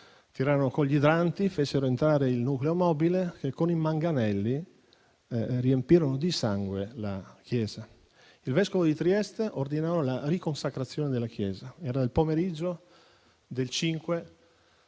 usando gli idranti, fecero entrare il nucleo mobile che, con i manganelli, riempirono di sangue la chiesa. Il vescovo di Trieste ordinò la riconsacrazione della chiesa. Era il pomeriggio del 5